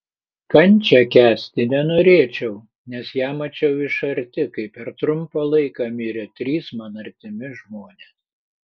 kančią kęsti nenorėčiau nes ją mačiau iš arti kai per trumpą laiką mirė trys man artimi žmonės